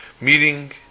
meeting